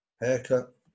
Haircut